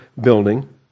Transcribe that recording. building